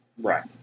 Right